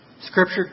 Scripture